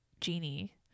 Genie